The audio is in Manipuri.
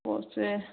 ꯄꯣꯠꯁꯦ